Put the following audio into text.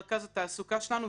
רכז התעסוקה שלנו,